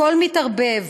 הכול מתערבב.